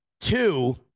Two